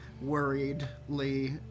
worriedly